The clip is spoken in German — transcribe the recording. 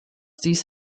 dies